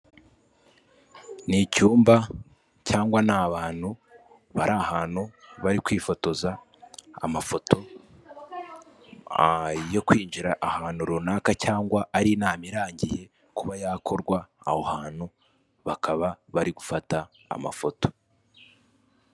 Ni icyumba cyangwa ni abantu bari ahantu bari kwifotoza amafoto yo kwinjira ahantu runaka cyangwa ari inama irangiye kuba yakorwa aho hantu, bakaba bari gufata amafoto.